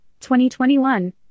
2021